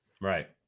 right